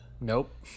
Nope